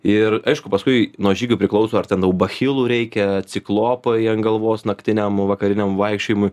ir aišku paskui nuo žygių priklauso ar ten bachilų reikia ciklopai ant galvos naktiniam vakariniam vaikščiojimui